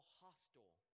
hostile